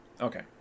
Okay